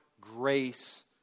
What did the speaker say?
grace